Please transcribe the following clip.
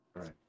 Right